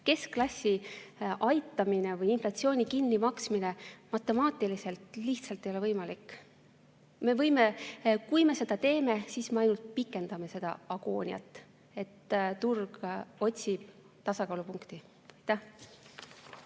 Keskklassi aitamine või inflatsiooni kinnimaksmine matemaatiliselt lihtsalt ei ole võimalik. Kui me seda teeme, siis me ju pikendame agooniat. Turg otsib tasakaalupunkti.